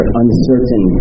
uncertain